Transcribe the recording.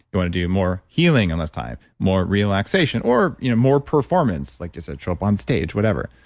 you want to do more healing in less time, more relaxation, or you know more performance, like just a trope on stage, whatever.